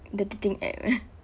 in the dating app